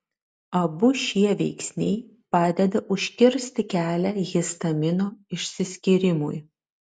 abu šie veiksniai padeda užkirsti kelią histamino išsiskyrimui